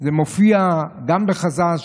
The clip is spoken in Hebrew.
זה מופיע גם בחז"ל,